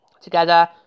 together